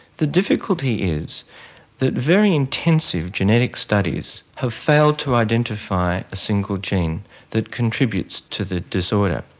the difficulty is that very intensive genetic studies have failed to identify a single gene that contributes to the disorder.